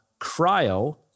Cryo